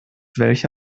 welche